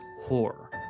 Horror